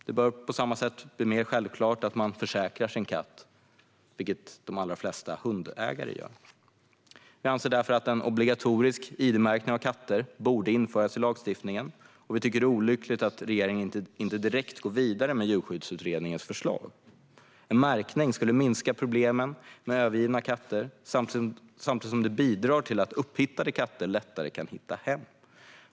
Det bör också bli mer självklart att man försäkrar sin katt, vilket de allra flesta hundägare gör med sina djur. En obligatorisk id-märkning av katter borde därför införas i lagstiftningen. Det är olyckligt att regeringen inte direkt går vidare med Djurskyddsutredningens förslag. En märkning skulle minska problemen med övergivna katter, samtidigt som det skulle bidra till att upphittade katter lättare kan hitta hem.